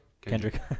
Kendrick